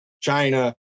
China